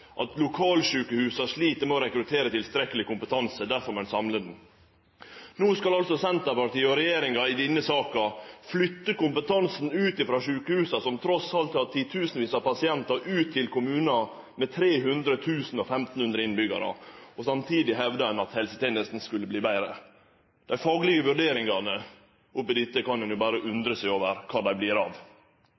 at lokalsjukehusa slit med å rekruttere tilstrekkeleg kompetanse, og derfor må ein samle kompetansen. No skal altså Senterpartiet og regjeringa i denne saka flytte kompetansen ut frå sjukehusa, som altså har titusenvis av pasientar, ut til kommunar med 300 000 og 1 500 innbyggjarar. Og samtidig hevdar ein at helsetenesta vil verte betre. Ein kan jo berre undre seg over kor dei faglege vurderingane vert av.